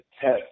test